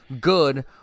good